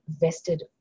vested